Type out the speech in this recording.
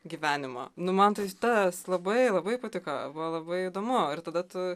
gyvenimą nu man tai tas labai labai patiko buvo labai įdomu ir tada tu